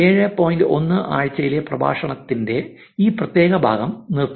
1 ആഴ്ചയിലെ പ്രഭാഷണത്തിന്റെ ഈ പ്രത്യേക ഭാഗം നിര്ത്തുന്നു